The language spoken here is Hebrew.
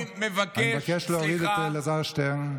אני מבקש להוריד את אלעזר שטרן.